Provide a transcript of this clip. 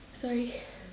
sorry